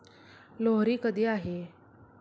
लोहरी कधी आहे?